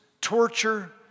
torture